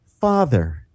Father